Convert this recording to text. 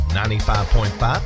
95.5